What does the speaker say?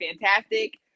fantastic